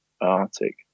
arctic